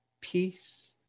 peace